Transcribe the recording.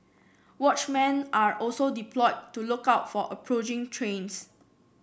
watchmen are also deployed to look out for approaching trains